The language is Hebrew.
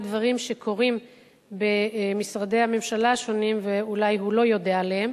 דברים שקורים במשרדי הממשלה השונים ואולי הוא לא יודע עליהם